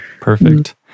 perfect